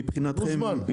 מבחינתכם,